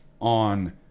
on